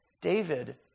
David